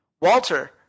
Walter